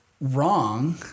wrong